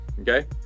Okay